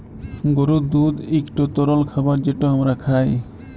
গরুর দুহুদ ইকট তরল খাবার যেট আমরা খাই